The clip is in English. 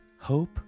Hope